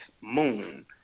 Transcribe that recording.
Moon